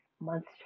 month's